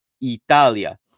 Italia